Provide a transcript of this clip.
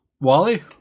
Wally